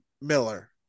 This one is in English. Miller